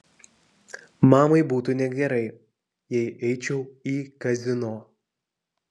mamai būtų negerai jei eičiau į kazino